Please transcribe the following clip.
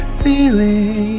feeling